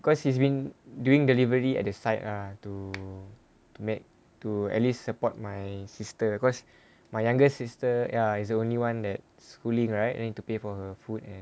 cause he's been doing delivery at the site ah to to make to at least support my sister because my younger sister ya it's the only one that schooling right he need to pay for her food and